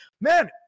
Man